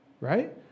right